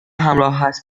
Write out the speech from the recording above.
همراهت